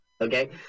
okay